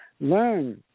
learn